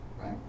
Right